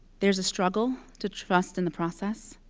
there is a struggle to trust in the process,